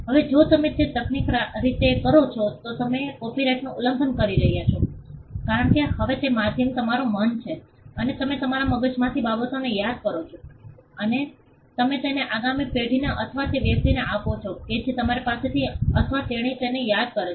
હવે જો તમે તે તકનીકી રીતે કરો છો તો તમે કોપિરાઇટનું ઉલ્લંઘન કરી રહ્યાં છો કારણ કે હવે તે માધ્યમ તમારું મન છે તમે તમારા મગજમાંની બાબતોને યાદ કરો છો અને તમે તેને આગામી પેઢી ને અથવા તે વ્યક્તિને આપો છો કે જે તમારી પાસેથી અથવા તેણી તેને યાદ કરે છે